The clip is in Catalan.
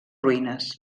ruïnes